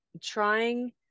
trying